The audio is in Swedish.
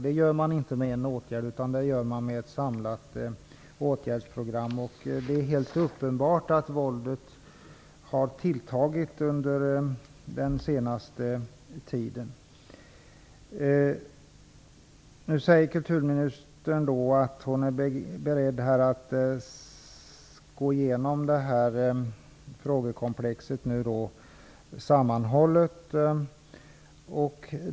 Det gör man inte med en åtgärd utan med ett samlat åtgärdsprogram. Det är uppenbart att våldet har tilltagit under den senaste tiden. Kulturministern säger att hon är beredd att gå igenom det sammantagna frågekomplexet.